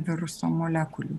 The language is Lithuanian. viruso molekulių